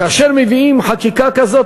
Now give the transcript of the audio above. כאשר מביאים חקיקה כזאת,